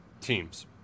teams